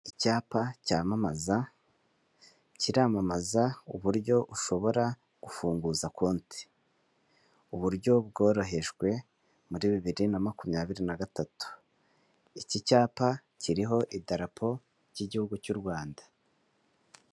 Icyapa cyamamza, kiramamaza uburyo ushobora gufungura konte, uburyo bworohejwe mueu bibiri na makumyabiri na gatatu, iki cyapa kirihomidarapo ry'igihugu cy'urwanda'